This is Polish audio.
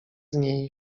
niej